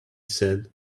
said